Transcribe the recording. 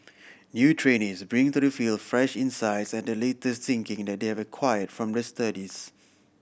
new trainees bring to the field fresh insights and the latest thinking that they have acquired from their studies